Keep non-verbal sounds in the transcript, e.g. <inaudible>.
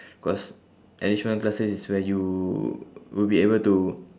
<breath> cause enrichment classes is where you will be able to